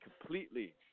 completely